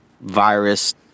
virus